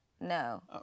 No